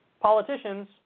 politicians